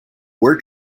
were